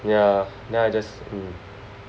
ya then I just mm